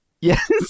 Yes